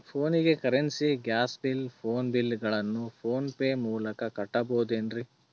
ಫೋನಿಗೆ currency, gas bill, phone bill ಗಳನ್ನು PhonePe ಮೂಲಕ ಕಟ್ಟಬಹುದೇನ್ರಿ?